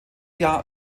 jahr